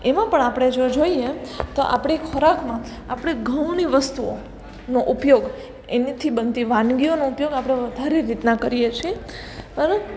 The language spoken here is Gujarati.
એમાં પણ આપણે જો જોઈએ તો આપણે ખોરાકમાં આપણે ઘઉંની વસ્તુઓ નો ઉપયોગ એનાથી બનતી વાનગીઓનો ઉપયોગ આપણે વધારે રીતના કરીએ છીએ પર